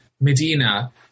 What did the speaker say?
Medina